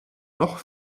noch